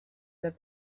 that